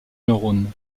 neurones